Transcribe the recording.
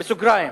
אז אומנם